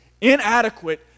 inadequate